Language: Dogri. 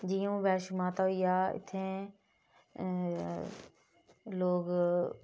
जि'यां हून बैश्णो माता होई गेआ इत्थै लोग